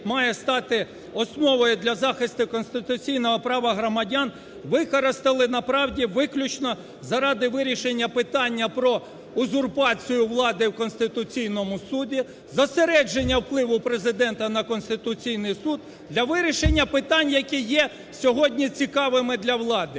має стати основою для захисту конституційного права громадян, використали, насправді, виключно заради вирішення питання про узурпацію влади в Конституційному Суді, зосередження впливу Президента на Конституційний Суд, для вирішення питань, які є сьогодні цікавими для влади.